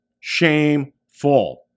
Shameful